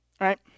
right